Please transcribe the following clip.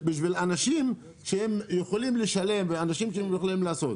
אנשים שהם יכולים לשלם ואנשים שיכולים לעשות.